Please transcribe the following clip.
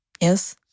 yes